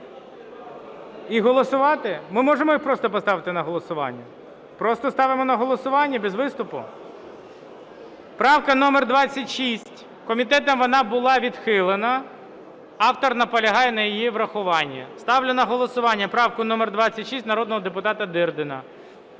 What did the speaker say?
І голосувати? Ми можемо і просто поставити на голосування. Просто ставимо на голосування, без виступу? Правка номер 26. Комітетом вона була відхилена. Автор наполягає на її врахуванні. Ставлю на голосування правку номер 26, народного депутата Дирдіна.